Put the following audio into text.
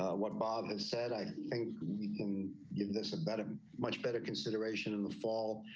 what bob has said, i think we can give this a better. much better consideration in the fall.